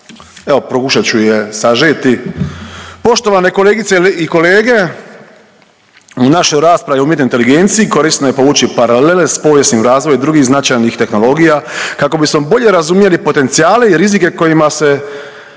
evo pokušat ću se sažeti, poštovane kolegice i kolege, u našoj raspravi o umjetnoj inteligenciji korisno je povući paralele s povijesnim razvojem drugih značajnih tehnologija kako bismo bolje razumjeli potencijale i rizika kojima se